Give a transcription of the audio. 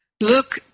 Look